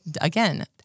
again